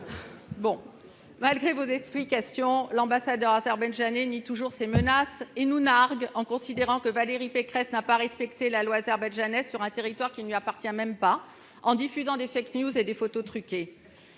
monsieur le ministre, l'ambassadeur azerbaïdjanais nie toujours ces menaces et nous nargue en considérant que Valérie Pécresse n'a pas respecté la loi azerbaïdjanaise sur un territoire qui ne lui appartient même pas, en diffusant des et des photos truquées.